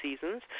seasons